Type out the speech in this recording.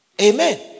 Amen